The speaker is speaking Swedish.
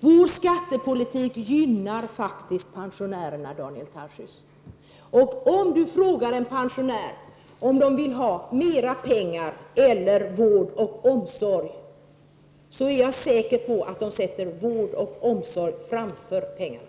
Vår skattepolitik gynnar faktiskt pensionärerna, Daniel Tarschys. Ställer man frågan till pensionärerna, om de vill ha mera pengar eller vård och omsorg, är jag säker på att de sätter vård och omsorg framför pengarna.